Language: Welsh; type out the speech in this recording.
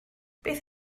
beth